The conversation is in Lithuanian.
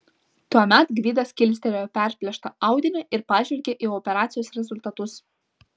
tuomet gvidas kilstelėjo perplėštą audinį ir pažvelgė į operacijos rezultatus